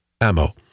ammo